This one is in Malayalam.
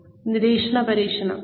പരിശീലനം നിരീക്ഷിക്കുക